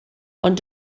ond